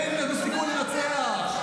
אין לנו סיכוי לנצח.